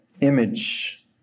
image